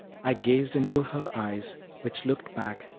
i gazed into her eyes, which looked back,